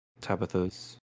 Tabitha's